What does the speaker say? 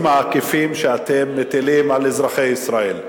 העקיפים שאתם מטילים על אזרחי ישראל?